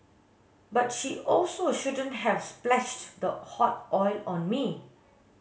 but she also shouldn't have splashed the hot oil on me